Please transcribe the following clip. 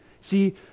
See